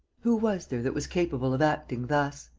who was there that was capable of acting thus?